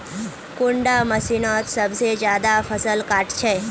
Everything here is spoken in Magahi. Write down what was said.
कुंडा मशीनोत सबसे ज्यादा फसल काट छै?